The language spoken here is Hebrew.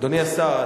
אדוני השר,